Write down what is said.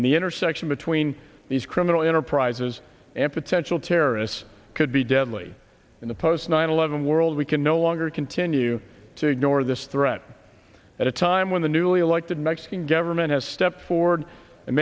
and the intersection between these criminal enterprises and potential terrorists could be deadly in the post nine eleven world we can no longer continue to ignore this threat at a time when the newly elected mexican government has stepped forward and